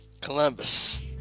Columbus